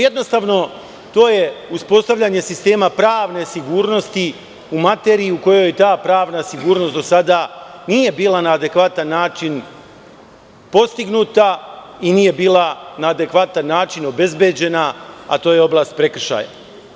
Jednostavno, to je uspostavljanje sistema pravne sigurnosti u materiji u kojoj ta pravna sigurnost do sada nije bila na adekvatan način postignuta i nije bila na adekvatan način obezbeđena a to je oblast prekršaja.